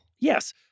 Yes